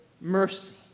mercy